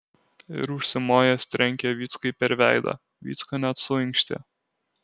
ir užsimojęs trenkė vyckai per veidą vycka net suinkštė